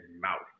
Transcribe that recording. mouth